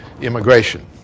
immigration